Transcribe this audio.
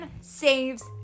Saves